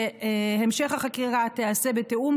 המשך החקיקה ייעשה בתיאום,